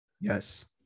yes